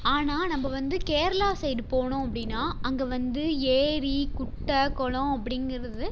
ஆனால் நம்ம வந்து கேரளா சைடு போனோம் அப்படின்னா அங்கே வந்து ஏரி குட்டை குளம் அப்படிங்கறது